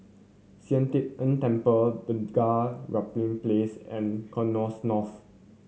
Sian Teck Tng Temple Bunga Rampai Place and North